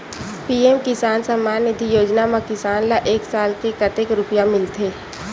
PM Kisan Samman Nidhi Yojana म किसान ल एक साल म कतेक रुपिया मिलथे?